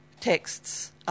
texts